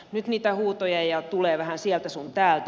nyt niitä huutoja tulee vähän sieltä sun täältä